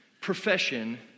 profession